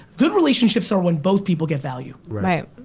good relationships are when both people get value. right.